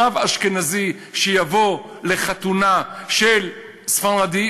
רב אשכנזי שיבוא לחתונה של ספרדי,